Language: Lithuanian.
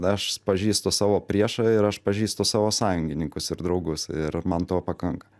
aš pažįstu savo priešą ir aš pažįstu savo sąjungininkus ir draugus ir man to pakanka